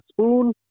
spoon